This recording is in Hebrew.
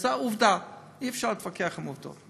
זו עובדה, אי-אפשר להתווכח על עובדות.